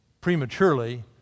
prematurely